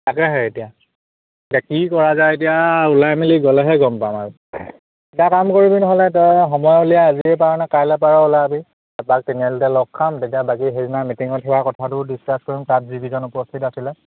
তাকেহে এতিয়া এতিয়া কি কৰা যায় এতিয়া ওলাই মেলি গ'লেহে গম পাম আৰু এটা কাম কৰিবি নহ'লে তই সময় উলিয়াই আজিয়ে পাৰ নে কাইলৈ পাৰ ওলাবি তাৰপৰা তিনিআলিতে লগ খাম তেতিয়া বাকী সেইদিনা মিটিঙত হোৱা কথাটো ডিচকাছ কৰিম তাত যিকেইজন উপস্থিত আছিলে